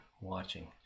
watching